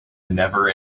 never